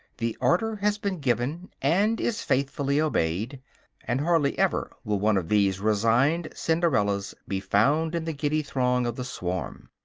the order has been given, and is faithfully obeyed and hardly ever will one of these resigned cinderellas be found in the giddy throng of the swarm.